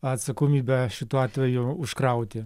atsakomybę šituo atveju užkrauti